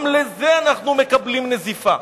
גם על זה אנחנו מקבלים נזיפה.